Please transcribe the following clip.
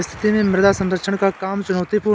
स्थिति में मृदा संरक्षण का काम चुनौतीपूर्ण है